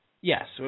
Yes